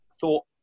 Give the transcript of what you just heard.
thought